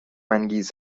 انگیز